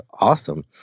awesome